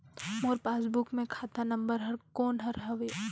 मोर passbook मे खाता number कोन हर हवे?